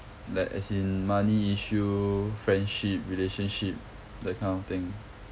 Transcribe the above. like as in money issue friendship relationship that kind of thing